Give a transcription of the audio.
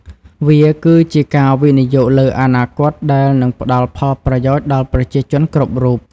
វាគឺជាការវិនិយោគលើអនាគតដែលនឹងផ្តល់ផលប្រយោជន៍ដល់ប្រជាជនគ្រប់រូប។